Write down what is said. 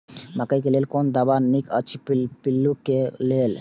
मकैय लेल कोन दवा निक अछि पिल्लू क लेल?